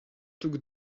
took